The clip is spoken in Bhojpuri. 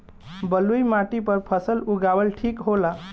बलुई माटी पर फसल उगावल ठीक होला?